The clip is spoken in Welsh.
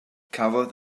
cafodd